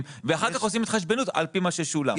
ואחר כך עושים התחשבנות על פי מה ששולם.